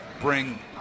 bring